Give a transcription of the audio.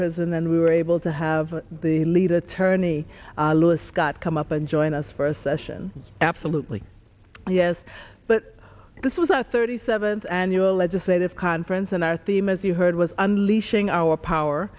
prison and we were able to have the lead attorney louis scott come up and join us for a session absolutely yes but this was our thirty seventh annual legislative conference and our theme as you heard was unleashing our power